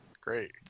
great